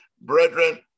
brethren